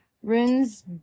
Runes